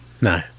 No